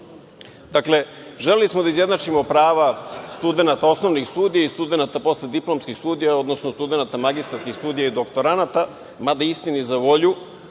razlikujemo. Želeli smo da izjednačimo prava studenata osnovnih studija i studenata postdiplomskih studija, odnosno studenata magistarskih studija i doktoranata, mada istini za volju,